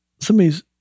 somebody's